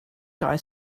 guy